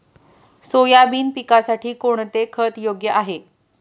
Soybean पिकासाठी कोणते खत योग्य आहे?